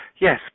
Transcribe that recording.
Yes